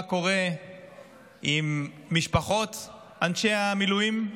מה קורה עם משפחות אנשי המילואים,